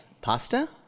pasta